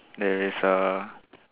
there is a